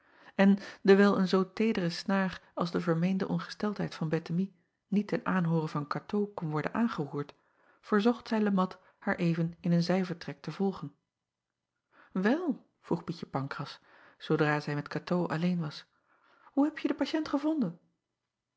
en dewijl een zoo teedere snaar als de vermeende ongesteldheid van ettemie niet ten aanhoore van atoo kon worden aangeroerd verzocht zij e at haar even in een zijvertrek te volgen el vroeg ietje ancras zoodra zij met atoo alleen was hoe hebje de patiënt gevonden